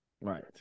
Right